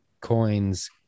coins